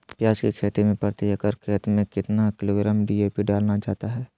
प्याज की खेती में प्रति एकड़ खेत में कितना किलोग्राम डी.ए.पी डाला जाता है?